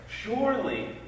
Surely